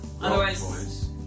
Otherwise